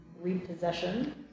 repossession